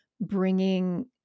bringing